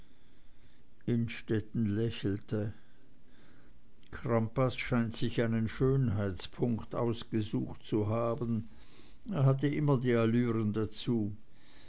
innstetten lächelte crampas scheint sich einen schönheitspunkt ausgesucht zu haben er hatte immer die allüren dazu